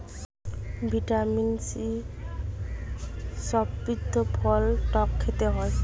vitamin C সমৃদ্ধ ফল টক খেতে হয়